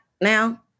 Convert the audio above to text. now